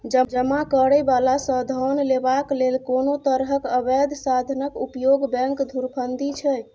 जमा करय बला सँ धन लेबाक लेल कोनो तरहक अबैध साधनक उपयोग बैंक धुरफंदी छै